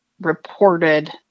reported